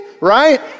right